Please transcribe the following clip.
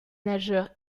nageurs